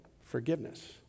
forgiveness